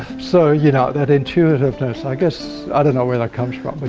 so you know that intuitiveness i guess i don't know where that comes from.